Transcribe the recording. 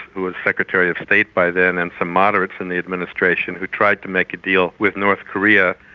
who was secretary of state by then, and some moderates in the administration who'd tried to make a deal with north korea.